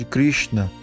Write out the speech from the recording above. Krishna